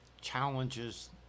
challenges